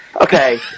Okay